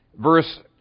verse